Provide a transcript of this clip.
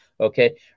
Okay